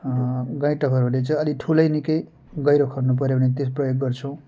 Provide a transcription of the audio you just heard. गैँटा फरुवाले चाहिँ अलिक ठुलै निकै गहिरो खन्नुपऱ्यो भने त्यो प्रयोग गर्छौँ